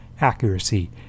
accuracy